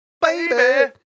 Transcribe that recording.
baby